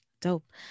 Dope